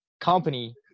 company